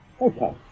okay